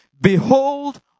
Behold